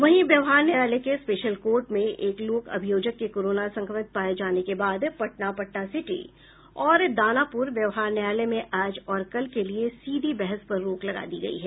वहीं व्यवहार न्यायालय के स्पेशल कोर्ट में एक लोक अभियोजक के कोरोना संक्रमित पाये जाने के बाद पटना पटनासिटी और दानापूर व्यवहार न्यायालय में आज और कल के लिए सीधी बहस पर रोक लगा दी गयी है